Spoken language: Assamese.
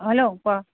অ হেল্ল' ক